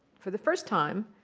for the first time,